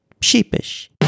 sheepish